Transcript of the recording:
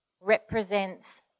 represents